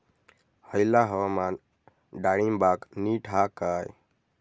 हयला हवामान डाळींबाक नीट हा काय?